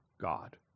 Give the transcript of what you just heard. God